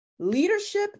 Leadership